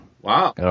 wow